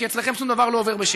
כי אצלכם שום דבר לא עובד בשקט,